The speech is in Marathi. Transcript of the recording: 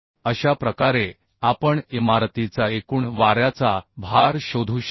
अशा प्रकारे आपण इमारतीचा एकूण वाऱ्याचा भार शोधू शकतो